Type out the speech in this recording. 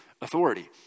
authority